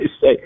say